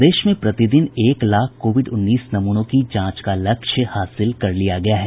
प्रदेश में प्रतिदिन एक लाख कोविड उन्नीस नमूनों की जांच का लक्ष्य हासिल कर लिया गया है